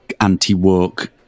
anti-work